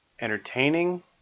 entertaining